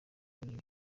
kuriya